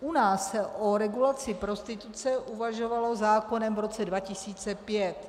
U nás se o regulaci prostituce uvažovalo zákonem v roce 2005.